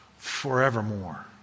forevermore